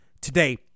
today